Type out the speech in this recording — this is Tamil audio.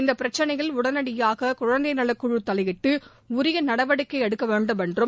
இந்த பிரச்னையில் உடனடியாக குழந்தை நலக்குழு தலையிட்டு உரிய நடவடிக்கை எடுக்க வேண்டுமென்றும்